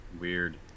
Weird